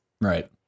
Right